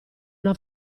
una